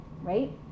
right